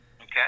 okay